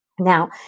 Now